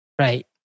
right